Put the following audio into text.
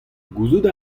gouzout